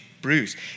bruised